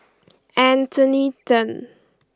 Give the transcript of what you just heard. Anthony then